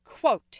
quote